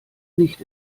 nicht